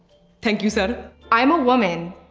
thank you, sir. i'm a woman.